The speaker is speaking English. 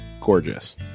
gorgeous